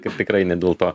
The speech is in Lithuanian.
kad tikrai ne dėl to